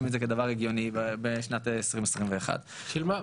את זה כדבר הגיוני בשנת 2021. שמה?